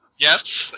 Yes